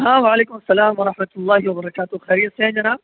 ہاں وعلیکم سلام ورحمۃ اللہ وبرکاتہ خیریت سے ہیں جناب